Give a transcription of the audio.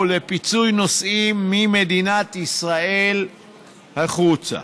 לפיצוי נוסעים ממדינת ישראל החוצה.